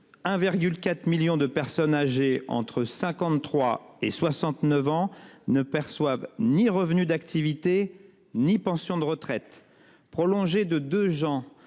4 millions de personnes âgées entre 53 et 69 ans ne perçoivent ni revenus d'activité ni pension de retraite prolongé de de gens.